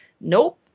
nope